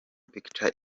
pictures